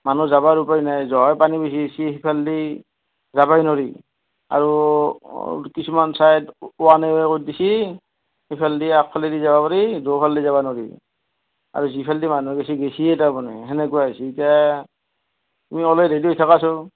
মানুহ যাবাৰ উপায় নাই জ'হে পানী হৈছি সেইফালেদি যাবাই নৰি আৰু কিছুমান চাইড ওৱান ৱে কৰি দিছি সেইফালেদি একফালেদি যাবা পাৰি দুয়োফালেদি যাবা নৰি আৰু যিফালেদি মানুহ বেছি গেছি হেনেকুৱা হৈছি ইতা তুমি উলায় ৰেডি হৈ থাকাচোন